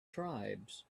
tribes